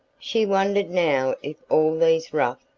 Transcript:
she wondered now if all these rough,